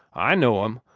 i know em!